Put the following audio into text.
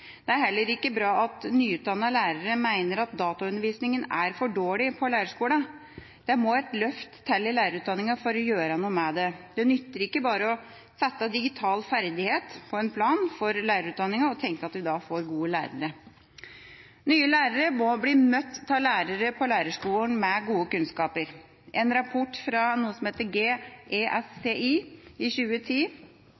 Det er heller ikke bra at nyutdannede lærere mener at dataundervisninga er for dårlig på lærerskolene. Det må et løft til i lærerutdanninga for å gjøre noe med det. Det nytter ikke bare å sette digital ferdighet på en plan for lærerutdanninga og tenke at vi da får gode lærere. Nye lærere må bli møtt på lærerskolen av lærere med gode kunnskaper. En rapport fra